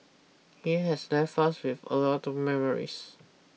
he has left us with a lot of memories